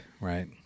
right